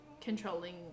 controlling